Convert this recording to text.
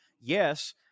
yes